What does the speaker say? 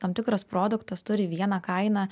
tam tikras produktas turi vieną kainą